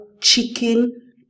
chicken